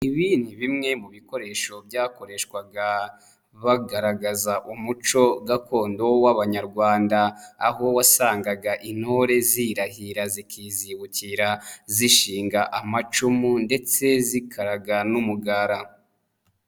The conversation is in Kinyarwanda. Ibi ni bimwe mu bikoresho byakoreshwaga bagaragaza umuco gakondo w'abanyarwanda, aho wasangaga intore zirahira zikizibukira zishinga amacumu ndetse zikaraga n'umugara.